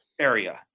area